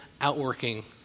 outworking